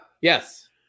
Yes